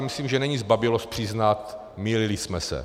Myslím, že není zbabělost přiznat: Mýlili jsme se.